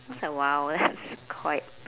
just like !wow! that's quite